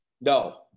no